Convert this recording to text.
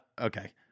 Okay